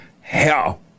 hell